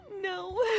No